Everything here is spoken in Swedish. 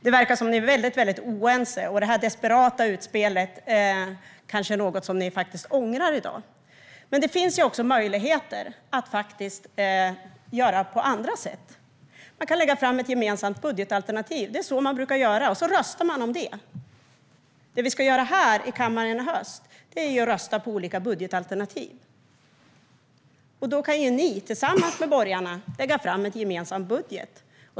Det verkar som om ni är väldigt, väldigt oense, och det här desperata utspelet kanske är något som ni faktiskt ångrar i dag. Det finns ju möjligheter att göra på andra sätt. Man kan lägga fram ett gemensamt budgetalternativ. Det är så man brukar göra, och så röstar vi om det. Det vi ska göra här i kammaren i höst är ju att rösta på olika budgetalternativ. Då kan ni tillsammans med övriga borgerliga partier lägga fram en gemensam budget.